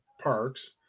parks